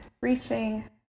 reaching